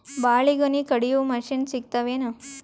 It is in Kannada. ಬಾಳಿಗೊನಿ ಕಡಿಯು ಮಷಿನ್ ಸಿಗತವೇನು?